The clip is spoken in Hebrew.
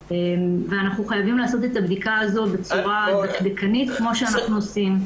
ואנחנו חייבים לעשות את הבדיקה הזו בצורה דקדקנית כמו שאנחנו עושים.